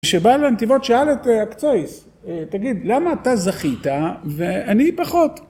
כשבא לנתיבות שאל את הקצועיס, תגיד, למה אתה זכית ואני פחות?